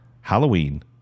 Halloween